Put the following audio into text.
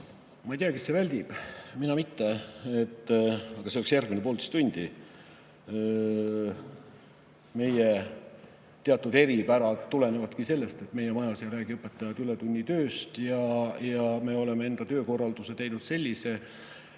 Ma ei tea, kes see väldib. Mina mitte, aga see võtaks järgmised poolteist tundi. Meie teatud eripärad tulenevadki sellest, et meie majas ei räägi õpetajad ületunnitööst. Me oleme enda töökorralduse teinud sellise,